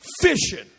fishing